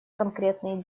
конкретные